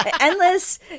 endless